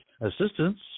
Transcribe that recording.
assistance